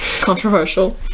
Controversial